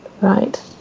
Right